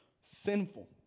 sinful